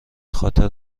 خاطر